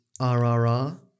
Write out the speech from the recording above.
RRR